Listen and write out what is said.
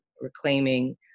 reclaiming